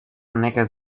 nekez